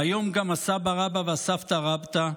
והיום גם הסבא-רבא והסבתא-רבתא,